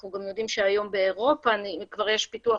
אנחנו גם יודעים שהיום באירופה כבר יש פיתוח